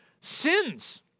sins